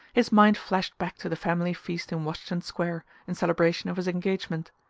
his mind flashed back to the family feast in washington square in celebration of his engagement.